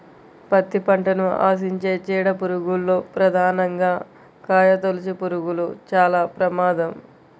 పత్తి పంటను ఆశించే చీడ పురుగుల్లో ప్రధానంగా కాయతొలుచుపురుగులు చాలా ప్రమాదం